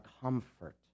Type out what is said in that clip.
comfort